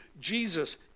Jesus